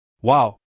Wow